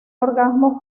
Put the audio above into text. orgasmo